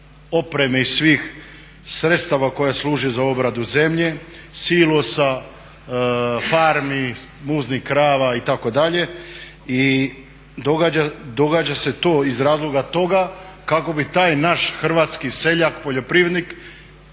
opreme i svih sredstava koja služe za obradu zemlje, silosa, farmi muznih krava itd. I događa se to iz razloga toga kako bi taj naš hrvatski seljak poljoprivrednik